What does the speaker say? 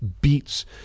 beats